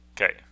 Okay